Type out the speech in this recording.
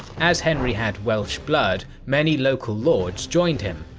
as henry had welsh blood, many local lords joined him,